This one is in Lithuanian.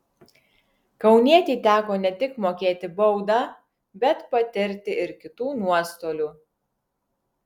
kaunietei teko ne tik mokėti baudą bet patirti ir kitų nuostolių